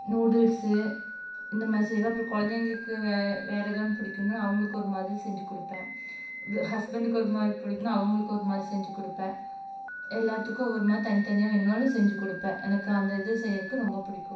noodles இந்த மாதிரி செய்வேன் அப்புறம் குழந்தைங்களுக்கு வேறு ஏதோ ஒன்று பிடிக்குன்னு அவங்களுக்கு ஒரு மாதிரி செஞ்சு கொடுப்பேன் ஹஸ்பண்டுக்கு ஒரு மாதிரி பிடிக்குன்னா அவங்குளுக்கு ஒரு மாதிரி செஞ்சு கொடுப்பேன் எல்லாத்துக்கும் ஒவ்வொரு மாதிரி தனித்தனியாக வேணுன்னாலும் செஞ்சு கொடுப்பேன் எனக்கு அந்த இது செய்கிறக்கு ரொம்ப பிடிக்கும்